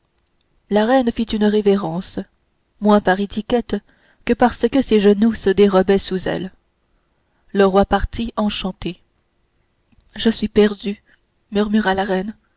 la reine fit une révérence moins par étiquette que parce que ses genoux se dérobaient sous elle le roi partit enchanté je suis perdue murmura la reine